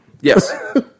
Yes